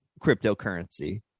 cryptocurrency